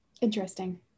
Interesting